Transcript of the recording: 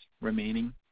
remaining